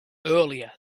earlier